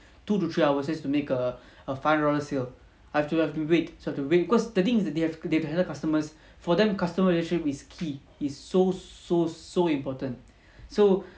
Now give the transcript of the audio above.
two to three hours just to make err a five dollars sale I have to have to wait so have to wait cause the thing is that they have they have other customers for them customer relationship is key it's so so so important so